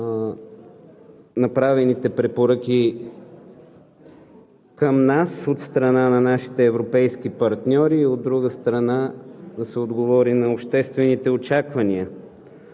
направените препоръки към нас от страна на нашите европейски партньори, от друга страна, да се отговори на обществените очаквания.